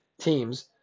teams